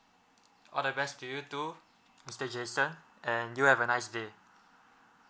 all the best to you too mister jason and you have a nice day